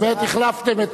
החלפתם.